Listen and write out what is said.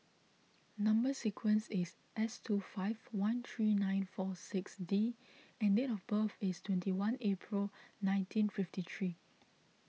Number Sequence is S two five one three nine four six D and date of birth is twenty one April nineteen fifty three